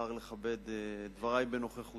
שבחר לכבד את דברי בנוכחותו,